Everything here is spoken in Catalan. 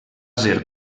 ser